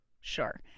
Sure